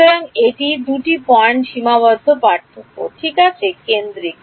সুতরাং এটি দুটি পয়েন্ট সীমাবদ্ধ পার্থক্য ঠিক আছে কেন্দ্রিক